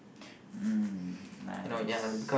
mm nice